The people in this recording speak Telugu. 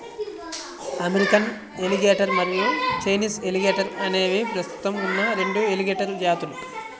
అమెరికన్ ఎలిగేటర్ మరియు చైనీస్ ఎలిగేటర్ అనేవి ప్రస్తుతం ఉన్న రెండు ఎలిగేటర్ జాతులు